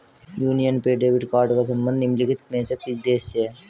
Union Pay debit card का संबंध निम्नलिखित में से किस देश से है?